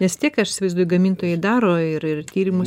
nes tiek aš įsivaizduoju gamintojai daro ir ir tyrimus